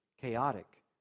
chaotic